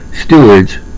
stewards